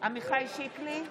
עמיחי שיקלי,